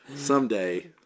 Someday